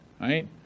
right